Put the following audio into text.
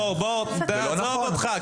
עזוב אותך.